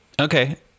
Okay